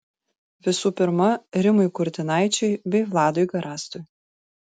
visų pirma rimui kurtinaičiui bei vladui garastui